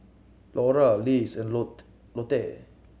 Lora Lays and Lot Lotte